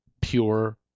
pure